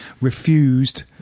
refused